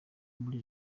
muri